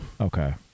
Okay